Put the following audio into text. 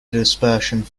dispersion